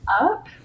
up